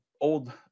old